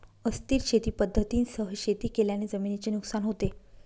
अस्थिर शेती पद्धतींसह शेती केल्याने जमिनीचे नुकसान होते